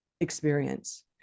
experience